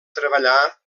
treballar